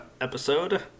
episode